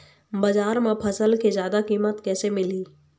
बजार म फसल के जादा कीमत कैसे मिलही?